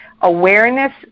awareness